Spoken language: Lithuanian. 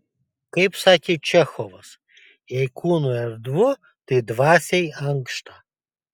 kaip sakė čechovas jei kūnui erdvu tai dvasiai ankšta